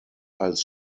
als